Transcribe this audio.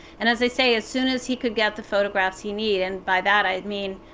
and as i say, as soon as he could get the photographs he needed, and by that i mean